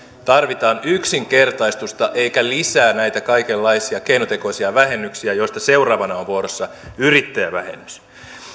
tarvitaan yksinkertaistusta eikä lisää näitä kaikenlaisia keinotekoisia vähennyksiä joista seuraavana on vuorossa yrittäjävähennys